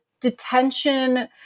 detention